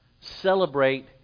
celebrate